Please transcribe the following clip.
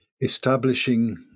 establishing